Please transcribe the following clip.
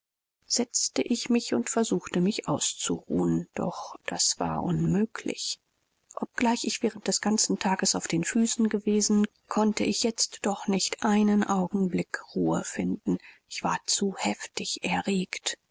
setzte ich mich und versuchte mich auszuruhen doch das war unmöglich obgleich ich während des ganzen tages auf den füßen gewesen konnte ich jetzt doch nicht einen augenblick ruhe finden ich war zu heftig erregt